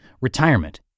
retirement